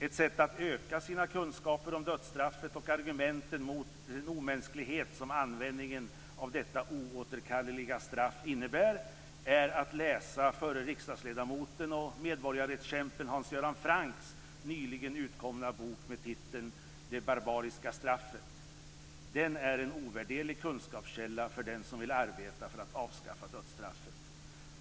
Ett sätt att öka sina kunskaper om dödsstraffet och argumenten mot den omänsklighet som användningen av detta oåterkalleliga straff innebär är att läsa medborgarrättskämpen och f.d. riksdagsledamoten Hans Göran Francks nyligen utkomna bok Det barbariska straffet. Den är en ovärderlig kunskapskälla för den som vill arbeta för att avskaffa dödsstraffet.